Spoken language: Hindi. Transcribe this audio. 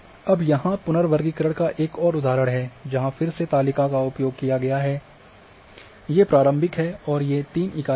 अब यहाँ नर्वर्गीकरण का एक और उदाहरण है जहाँ फिर से तालिका का उपयोग किया गया है ये प्रारंभिक हैं और ये तीन इकाइयाँ हैं